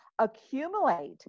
accumulate